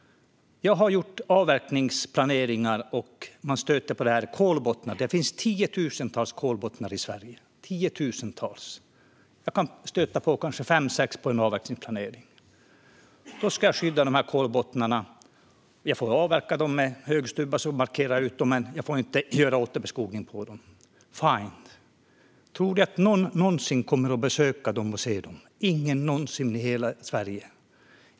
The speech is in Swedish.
Jag har gjort avverkningsplaneringar och stött på kolbottnar. Det finns tiotusentals kolbottnar i Sverige. Jag kan stöta på kanske fem, sex under en avverkningsplanering. Då ska jag skydda dessa kolbottnar. Jag får avverka dem med högstubbar och markera dem, men jag får inte göra återbeskogning på dem - fine. Tror ni att någon någonsin kommer att besöka dem? Nej, ingen någonsin i hela Sverige.